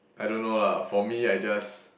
I don't know lah for me I just